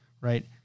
right